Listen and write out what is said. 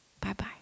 Bye-bye